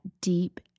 deep